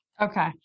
Okay